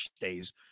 days